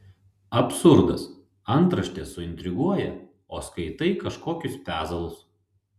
absurdas antraštė suintriguoja o skaitai kažkokius pezalus